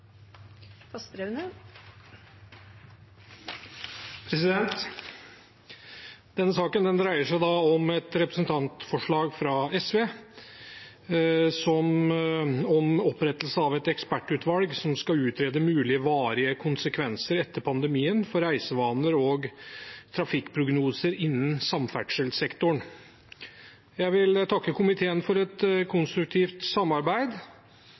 minutter. Denne saken dreier seg om et representantforslag fra SV om opprettelse av et ekspertutvalg som skal utrede mulige, varige konsekvenser etter pandemien for reisevaner og trafikkprognoser innen samferdselssektoren. Jeg vil takke komiteen for et konstruktivt samarbeid.